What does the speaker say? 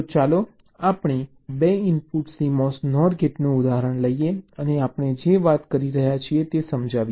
તો ચાલો આપણે 2 ઇનપુટ CMOS NOR ગેટનું ઉદાહરણ લઈએ અને આપણે જે વાત કરી રહ્યા છીએ તે સમજાવીએ